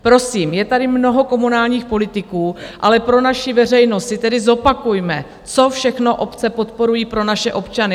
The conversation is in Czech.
Prosím, je tady mnoho komunálních politiků, ale pro naši veřejnost si tedy zopakujme, co všechno obce podporují pro naše občany.